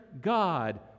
God